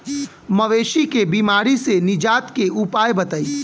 मवेशी के बिमारी से निजात के उपाय बताई?